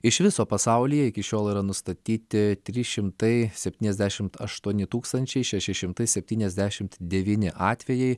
iš viso pasaulyje iki šiol yra nustatyti trys šimtai septyniasdešimt aštuoni tūkstančiai šeši šimtai septyniasdešimt devyni atvejai